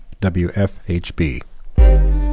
WFHB